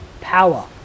power